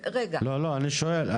לא, אני שואל.